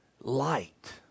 light